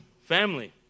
family